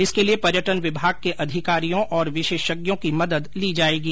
इसके लिए पर्यटन विभाग के अधिकारियों और विशेषज्ञों की मदद ली जाएंगी